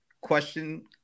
question